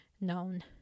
known